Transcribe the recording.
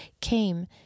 came